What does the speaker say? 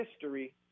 history